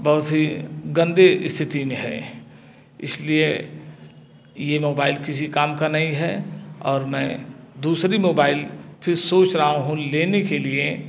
बहुत ही गंदे स्थिति में है इस लिए ये मोबाइल किसी काम का नहीं है और मैं दूसरा मोबाइल फिर सोच रहा हूँ लेने के लिए